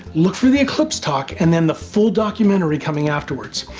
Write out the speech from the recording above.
look for the eclipse talk and then the full documentary coming afterward.